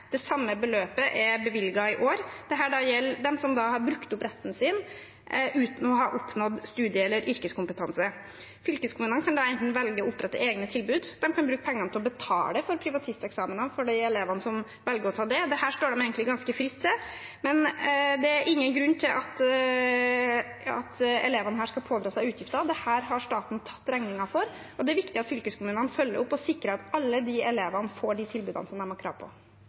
Det samme beløpet er bevilget i år. Det gjelder dem som har brukt opp retten sin uten å ha oppnådd studie- eller yrkeskompetanse. Fylkeskommunene kan da enten velge å opprette egne tilbud, eller de kan bruke pengene til å betale for privatisteksamen for de elevene som velger å ta det – her står de egentlig ganske fritt. Men det er ingen grunn til at disse elevene skal pådra seg utgifter. Dette har staten tatt regningen for, og det er viktig at fylkeskommunene følger opp og sikrer at alle de elevene får det tilbudet de har krav på.